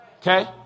Okay